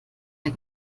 der